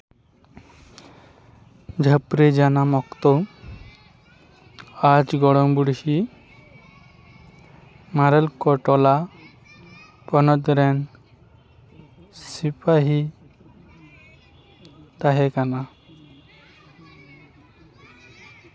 ᱡᱟᱯᱷᱨᱤ ᱡᱟᱱᱟᱢ ᱚᱠᱛᱚ ᱟᱡ ᱜᱚᱲᱚᱢ ᱵᱩᱰᱦᱤ ᱢᱟᱨᱮᱞᱠᱳᱴᱚᱞᱟ ᱯᱚᱱᱚᱛ ᱨᱮᱱ ᱥᱤᱯᱟᱹᱦᱤᱭ ᱛᱟᱦᱮᱸ ᱠᱟᱱᱟ